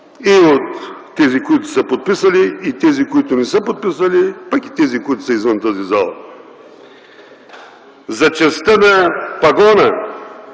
и към тези, които са подписали, и тези, които не са подписали, пък и тези, които са извън тази зала. За честта на пагона,